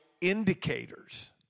indicators